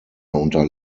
unter